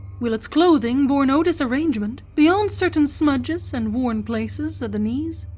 willett's clothing bore no disarrangement beyond certain smudges and worn places at the knees,